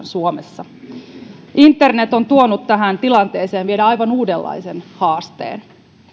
suomessa internet on tuonut tähän tilanteeseen vielä aivan uudenlaisen haasteen